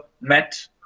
met